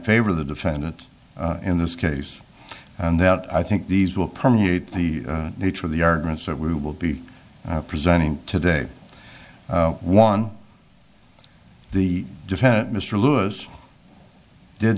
favor the defendant in this case and that i think these will permeate the nature of the arguments that we will be presenting today one the defendant mr lewis did